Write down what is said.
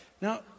Now